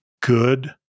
good